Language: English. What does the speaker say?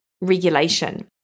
regulation